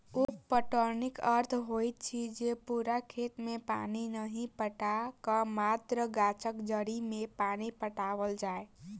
उप पटौनीक अर्थ होइत अछि जे पूरा खेत मे पानि नहि पटा क मात्र गाछक जड़ि मे पानि पटाओल जाय